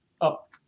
up